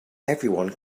everyone